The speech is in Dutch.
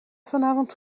vanavond